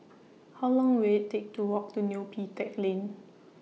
How Long Will IT Take to Walk to Neo Pee Teck Lane